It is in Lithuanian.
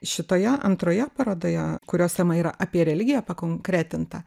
šitoje antroje parodoje kurios tema yra apie religiją pakonkretinta